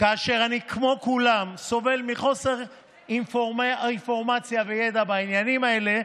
ואני כמו כולם סובל מחוסר אינפורמציה וידע בעניינים האלה,